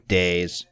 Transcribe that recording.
day's